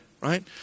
right